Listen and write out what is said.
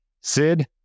Sid